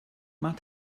man